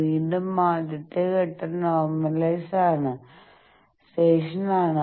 വീണ്ടും ആദ്യത്തെ ഘട്ടം നോർമലൈസേഷൻ ആണ്